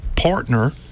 partner